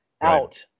out